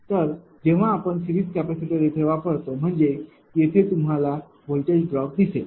तर जेव्हा आपण सिरीज कॅपेसिटर येथे वापरतो म्हणजे येथे तुम्हाला व्होल्टेज ड्रॉप दिसेल